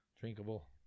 Drinkable